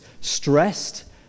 stressed